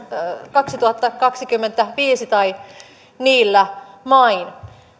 kaksituhattakaksikymmentäviisi tai niillä main